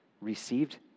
received